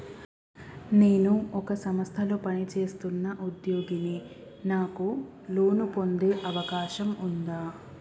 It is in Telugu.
నేను ఒక సంస్థలో పనిచేస్తున్న ఉద్యోగిని నాకు లోను పొందే అవకాశం ఉందా?